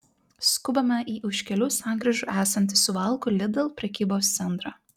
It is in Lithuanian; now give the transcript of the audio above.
skubame į už kelių sankryžų esantį suvalkų lidl prekybos centrą